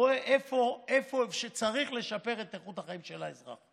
הוא רואה איפה צריך לשפר את איכות החיים של האזרח.